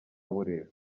burera